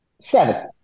Seven